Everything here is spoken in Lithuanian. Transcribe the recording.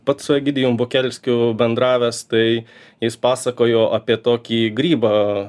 pats su egidijumi bukelskiu bendravęs tai jis pasakojo apie tokį grybą